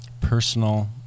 personal